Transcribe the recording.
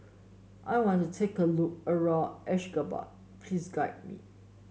I want to have a look around Ashgabat please guide me